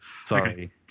Sorry